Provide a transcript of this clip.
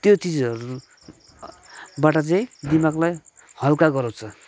त्यो चिजहरूबाट चाहिँ दिमाकलाई हलुका गराउँछ